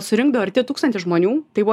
surinkdavo arti tūkstantis žmonių tai buvo